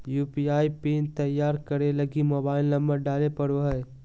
UPI PIN तैयार करे लगी मोबाइल नंबर डाले पड़ो हय